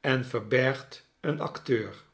en verbergt een acteur